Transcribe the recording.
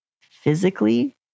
physically